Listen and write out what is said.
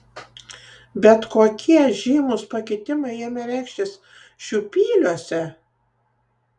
bet kokie žymūs pakitimai ėmė reikštis šiupyliuose